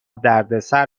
دردسر